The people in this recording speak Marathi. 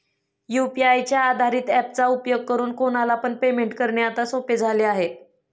यू.पी.आय च्या आधारित ॲप चा उपयोग करून कोणाला पण पेमेंट करणे आता सोपे झाले आहे